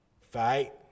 fight